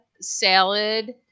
Salad